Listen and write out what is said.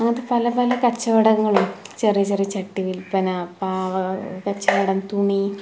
അങ്ങനത്തെ പല പല കച്ചവടങ്ങളുണ്ട് ചെറിയ ചെറിയ ചട്ടി വില്പന പാവ കച്ചവടം തുണി